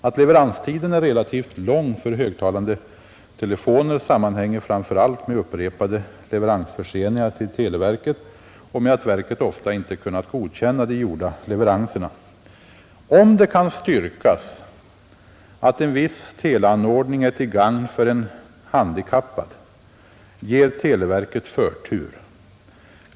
Att leveranstiden är relativt lång för högtalande telefoner sammanhänger framför allt med upprepade leveransförseningar till televerket och med att verket ofta inte kunnat godkänna de gjorda leveranserna. Om det kan styrkas att en viss teleanordning är till gagn för en handikappad ger televerket förtur.